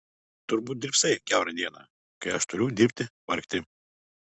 turbūt drybsai kiaurą dieną kai aš turiu dirbti vargti